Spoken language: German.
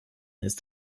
ist